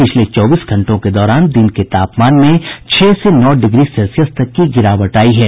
पिछले चौबीस घंटों के दौरान दिन के तापमान में छह से नौ डिग्री सेल्सियस तक की गिरावट आयी है